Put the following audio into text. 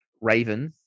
Raven